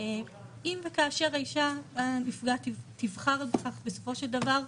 אם וכאשר האישה הנפגעת תבחר בכך בסופו של דבר,